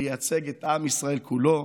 לייצג את עם ישראל כולו.